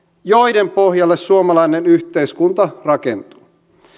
joiden pohjalle suomalainen yhteiskunta rakentuu